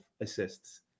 assists